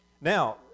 Now